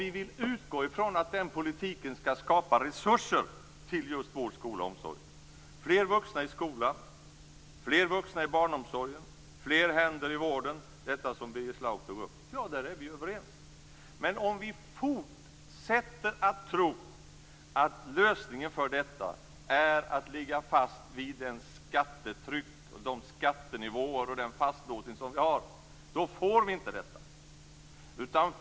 Vi vill utgå ifrån att den politiken skall skapa resurser till just vård, skola och omsorg - fler vuxna i skolan, fler vuxna i barnomsorgen, fler händer i vården, som Birger Schlaug tog upp. Där är vi överens. Men om vi fortsätter att tro att lösningen är att ligga fast vid det skattetryck, de skattenivåer och den fastlåsning som vi har får vi inte detta.